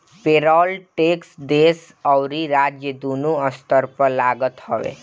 payroll tax देस अउरी राज्य दूनो स्तर पर लागत हवे